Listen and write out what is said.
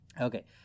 Okay